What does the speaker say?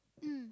mm